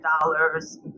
dollars